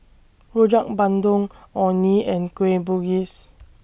Rojak Bandung Orh Nee and Kueh Bugis